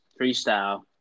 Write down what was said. freestyle